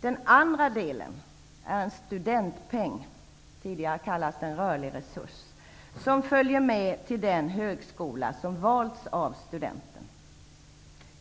Den andra delen är en studentpeng. Tidigare kallades den rörlig resurs. Den följer med till den högskola som valts av studenten.